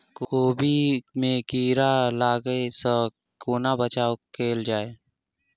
कोबी मे कीड़ा लागै सअ कोना बचाऊ कैल जाएँ?